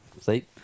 see